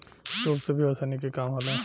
सूप से भी ओसौनी के काम होला